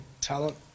talent